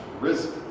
risen